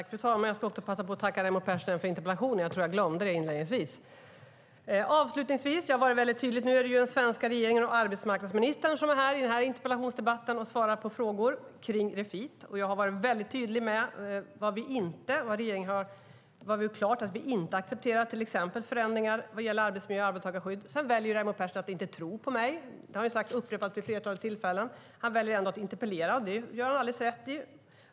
Fru talman! Jag ska passa på att tacka Raimo Pärssinen för interpellationen. Jag tror att jag glömde det inledningsvis. Avslutningsvis: Jag har varit mycket tydlig med att det är den svenska regeringen och arbetsmarknadsministern som är i denna interpellationsdebatt och svarar på frågor kring Refit, och jag har varit väldigt tydlig med vad regeringen har klargjort att vi inte accepterar, till exempel förändringar vad gäller arbetsmiljö och arbetstagarskydd. Sedan väljer Raimo Pärssinen att inte tro på mig. Det har han upprepat vid flera tillfällen. Men han väljer ändå att interpellera, och det gör han alldeles rätt i.